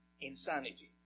insanity